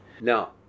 Now